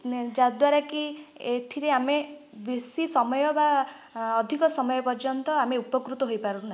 ନେ ଯଦ୍ଵାରା କି ଏଥିରେ ଆମେ ବେଶୀ ସମୟ ବା ଅଧିକ ସମୟ ପର୍ଯ୍ୟନ୍ତ ଆମେ ଉପକୃତ ହୋଇପାରୁ ନାହୁଁ